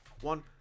one